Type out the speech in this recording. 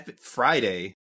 Friday